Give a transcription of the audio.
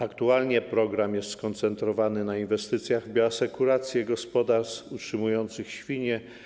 Aktualnie program jest skoncentrowany na inwestycjach w bioasekurację gospodarstw utrzymujących świnie.